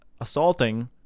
assaulting